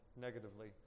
negatively